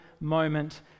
moment